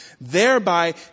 thereby